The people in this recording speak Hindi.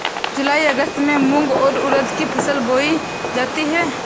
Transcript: जूलाई अगस्त में मूंग और उर्द की फसल बोई जाती है